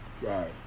Right